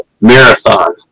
Marathon